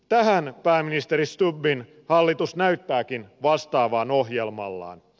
tähän pääministeri stubbin hallitus näyttääkin vastaavan ohjelmallaan